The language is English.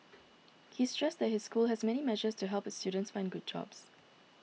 he stressed that his school has many measures to help its students find good jobs